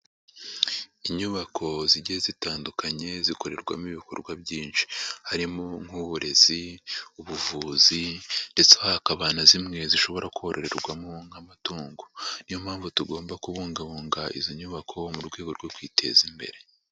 Inyubako zigiye zitandukanye zikorerwamo ibikorwa byinshi: harimo nk'uburezi, ubuvuzi, ndetse hakaba na zimwe zishobora koroherwamo nk'amatungo, niyo mpamvu tugomba kubungabunga izo nyubako mu rwego rwo kwiteza imbere.